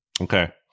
Okay